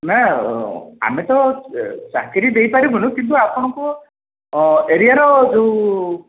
ନା ଆମେ ତ ଚାକିରି ଦେଇପାରିବୁନି କିନ୍ତୁ ଆପଣଙ୍କୁ ଏରିଆର ଯେଉଁ